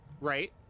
right